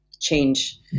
change